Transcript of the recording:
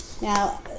now